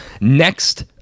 Next